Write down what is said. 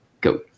Go